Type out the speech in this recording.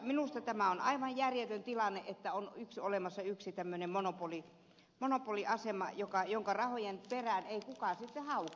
minusta tämä on aivan järjetön tilanne että on olemassa tämmöinen monopoli jonka rahojen perään ei kukaan sitten hauku